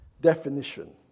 definition